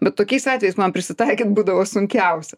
bet tokiais atvejais man prisitaikyt būdavo sunkiausia